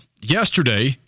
yesterday